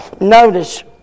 Notice